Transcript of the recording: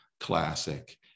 classic